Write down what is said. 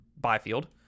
Byfield